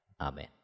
Amen